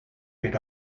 per